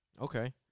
Okay